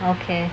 okay